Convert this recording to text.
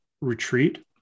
retreat